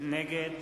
נגד